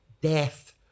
death